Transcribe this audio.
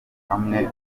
hamwe